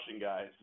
guys